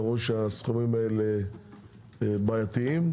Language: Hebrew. אמרו שהסכומים האלה בעייתיים.